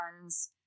ones